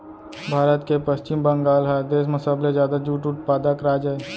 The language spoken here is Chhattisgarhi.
भारत के पस्चिम बंगाल ह देस म सबले जादा जूट उत्पादक राज अय